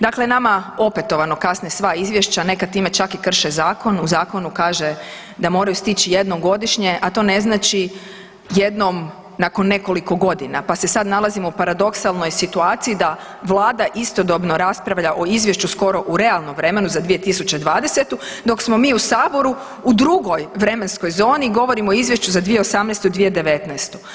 Dakle, nama opetovano kasne sva izvješća, neka time čak i krše zakon, u zakonu kaže da moraju stići jednom godišnje, a to ne znači jednom nakon nekoliko godina, pa se sad nalazimo u paradoksalnoj situaciji da vlada istodobno raspravlja o izvješću skoro u realnom vremenu za 2020., dok smo mi u saboru u drugoj vremenskoj zoni i govorimo o izvješću za 2018. i 2019.